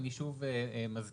אני שוב מזכיר,